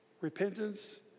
Repentance